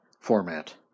format